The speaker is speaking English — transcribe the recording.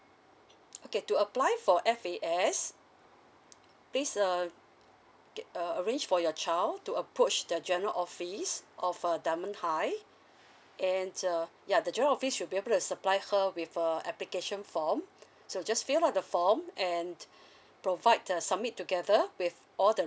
okay to apply for F_A_Splease uh arrange for your child to approach the general office of uh diamond high and uh ya the general office should be able to supply her with a application form so just fill up the form and provide the submit together with all the